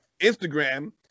Instagram